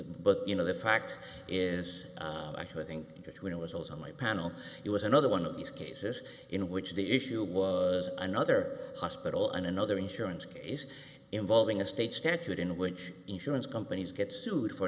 but you know the fact is i think that when i was on my panel it was another one of these cases in which the issue was another hospital and another insurance case involving a state statute in which insurance companies get sued for